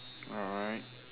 alright